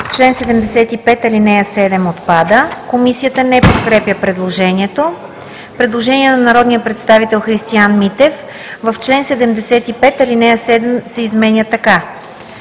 чл. 75 ал. 7 – отпада.“ Комисията не подкрепя предложението. Предложение на народния представител Христиан Митев: „В чл. 75 ал. 7 се изменя така: